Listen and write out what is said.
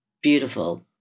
beautiful